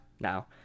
now